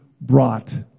brought